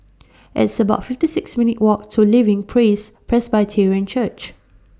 It's about fifty six minutes' Walk to Living Praise Presbyterian Church